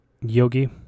yogi